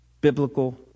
biblical